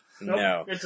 No